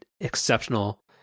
exceptional